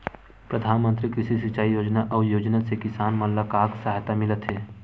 प्रधान मंतरी कृषि सिंचाई योजना अउ योजना से किसान मन ला का सहायता मिलत हे?